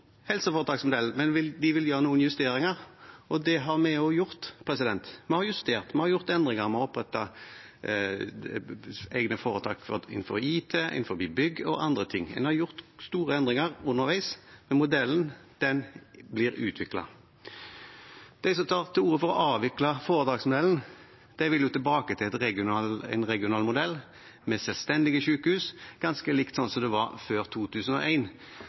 har vi også gjort – vi har justert, vi har gjort endringer ved å opprette egne foretak innenfor IT, innenfor bygg og andre ting. Man har gjort store endringer underveis, modellen blir utviklet. De som tar til orde for å avvikle foretaksmodellen, vil tilbake til en regional modell med selvstendige sykehus, ganske likt sånn det var før